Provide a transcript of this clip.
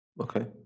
Okay